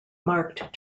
marked